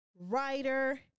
writer